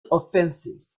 offences